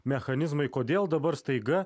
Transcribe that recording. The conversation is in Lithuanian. mechanizmai kodėl dabar staiga